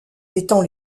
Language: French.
étant